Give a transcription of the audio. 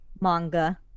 manga